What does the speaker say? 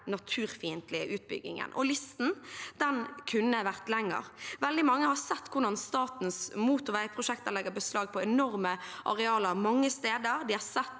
naturfiendtlige utbyggingen. Listen kunne også vært lenger. Veldig mange har sett hvordan statens motorveiprosjekter legger beslag på enorme arealer mange steder, de har sett